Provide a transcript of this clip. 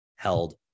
held